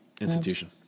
institution